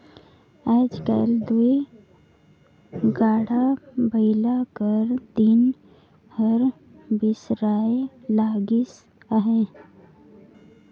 आएज काएल दो गाड़ा बइला कर दिन हर बिसराए लगिस अहे